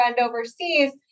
overseas